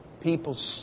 People